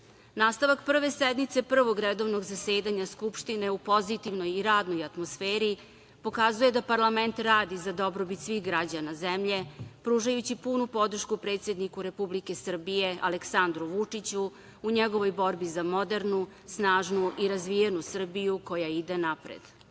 slomi. Nastavak Prve sednice Prvog redovnog zasedanja Skupštine u pozitivnoj i radnoj atmosferi pokazao je da parlament radi za dobrobit svih građana zemlje, pružajući punu podršku predsedniku Republike Srbije Aleksandru Vučiću u njegovoj borbi za modernu, snažnu i razvijenu Srbiju koja ide